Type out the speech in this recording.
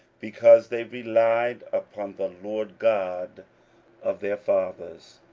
because they relied upon the lord god of their fathers.